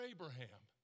Abraham